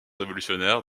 révolutionnaires